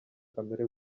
kamere